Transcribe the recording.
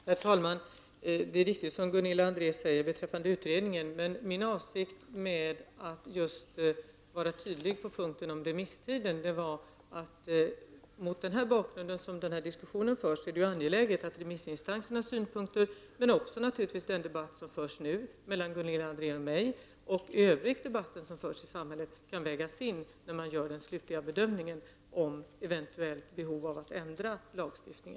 Herr talman! Vad Gunilla André säger beträffande utredningen är riktigt. Men jag hade en avsikt med att vara tydlig när det gällde remisstiden: Med hänsyn till den bakgrund mot vilken den här diskussionen förs är det angeläget att remissinstansernas synpunkter men också den debatt som förs mellan Gunilla André och mig och den debatt som förs i samhället i övrigt kan vägas in när man gör den slutliga bedömningen av ett eventuellt behov av att ändra lagstiftningen.